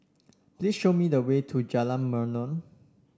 please show me the way to Jalan Melor